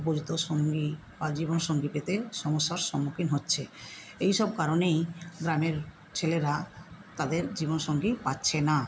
উপযুক্ত সঙ্গী বা জীবনসঙ্গী পেতে সমস্যার সম্মুখীন হচ্ছে এই সব কারণেই গ্রামের ছেলেরা তাদের জীবনসঙ্গী পাচ্ছে না